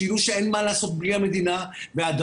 שיידעו שאין מה לעשות בלי המדינה והדבר